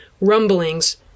rumblings